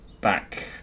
back